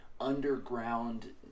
underground